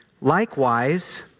Likewise